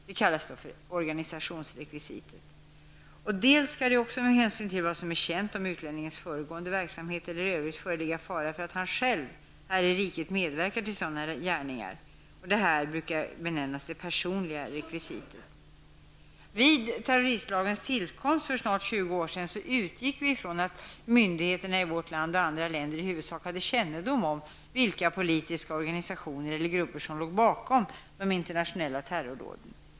Detta kallas för organisationsrekvisitet. För det andra skall det också med hänsyn till vad som är känt om utlänningens föregående verksamhet eller i övrigt föreligga fara för att han själv här i riket medverkar till sådana gärningar. Detta brukar benämnas det personliga rekvisitet. Vid terroristlagens tillkomst för snart 20 år sedan utgick vi ifrån att myndigheterna i vårt land och andra länder i huvudsak hade kännedom om vilka politiska organisationer eller grupper som låg bakom de internationella terrordåden.